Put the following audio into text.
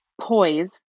poise